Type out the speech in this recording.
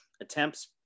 attempts